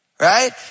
right